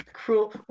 cruel